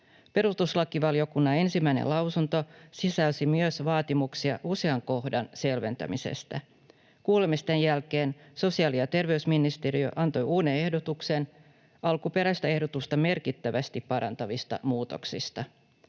Perustuslakivaliokunnan ensimmäinen lausunto sisälsi myös vaatimuksia usean kohdan selventämisestä. Kuulemisten jälkeen sosiaali‑ ja terveysministeriö antoi uuden ehdotuksen alkuperäistä ehdotusta merkittävästi parantavista muutoksista.